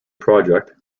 project